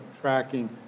tracking